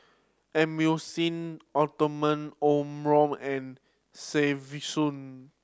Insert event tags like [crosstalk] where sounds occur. Emulsying [unintelligible] Omron and Selsun